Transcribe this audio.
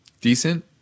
decent